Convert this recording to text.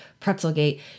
Pretzelgate